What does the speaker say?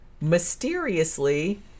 mysteriously